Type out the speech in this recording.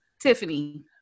Tiffany